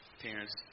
parents